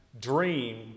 dream